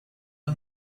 the